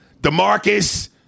DeMarcus